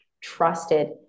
trusted